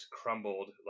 crumbled